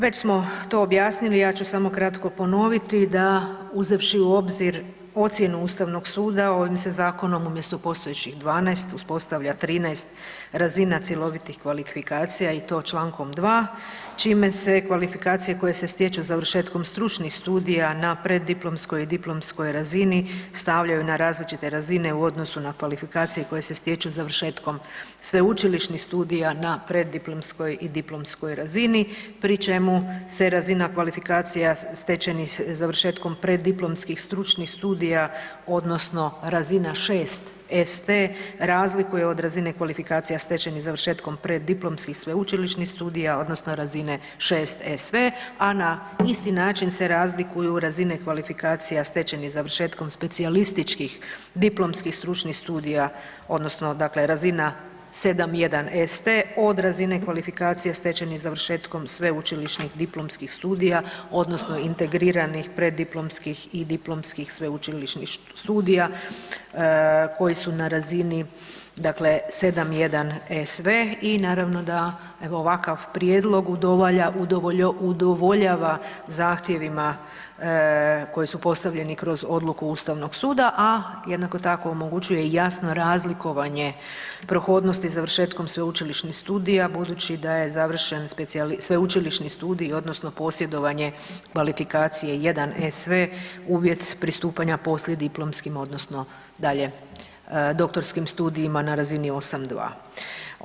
Već smo to objasnili, ja ću samo kratko ponoviti da uzevši u obzir ocjenu Ustavnog suda, ovim se zakonom umjesto postojećih 12, uspostavlja 13 razina cjelovitih kvalifikacija i to čl. 2. čime se kvalifikacije koje se stječu završetkom stručnih studija na preddiplomskoj i diplomskoj razini, stavljaju na različite razine u odnosu na kvalifikacije koje su stječu završetkom sveučilišnih studija na preddiplomskoj i diplomskoj razini pri čemu se razina kvalifikacija stečenih završetkom preddiplomskih stručnih studija odnosno razina 6 ST, razlikuje od razine kvalifikacija stečenih završetkom preddiplomskih sveučilišnih studija odnosno razine 6 SV a na isti način se razlikuju razine kvalifikacija stečenih završetkom specijalističkih diplomskih stručnih studija odnosno dakle razina 7.1 ST od razine kvalifikacije stečenih završetkom sveučilišnih diplomskih studija odnosno integriranih preddiplomskih i diplomskih sveučilišnih studija koji su na razini dakle 7.1 SV i na ravno da evo ovakav prijedlog udovoljava zahtjevima koji su postavljeni kroz odluku Ustavnog suda a jednako tako omogućuje jasno razlikovanje prohodnosti završetkom sveučilišnih studija budući da je završeni sveučilišni studij odnosno posjedovanje kvalifikacije 1 SV uvjet pristupanja poslijediplomskim odnosno dalje doktorskim studijima na razini 8.2.